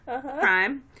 prime